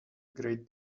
great